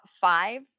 five